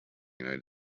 united